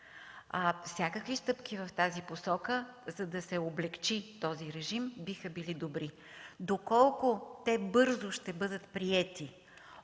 то всякакви стъпки в тази посока, за да се облекчи този режим, биха били добри. Доколко те бързо ще бъдат приети